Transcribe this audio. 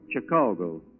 Chicago